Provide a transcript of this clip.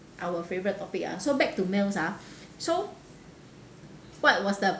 our favourite topic ah so back to males ah so what was the